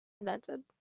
invented